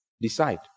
Decide